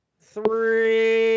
Three